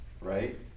right